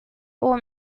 all